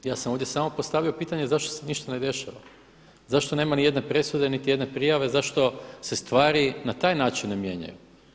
Ja sam ovdje samo postavio pitanje zašto se ništa ne dešava, zašto nema nijedne presude niti jedne prijave, zašto se stvari na taj način ne mijenjaju.